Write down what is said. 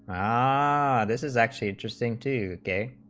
ah this is actually interesting two k